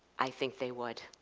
i think they would.